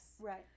right